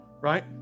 right